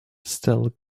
still